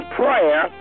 prayer